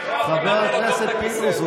חבר הכנסת פינדרוס,